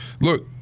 look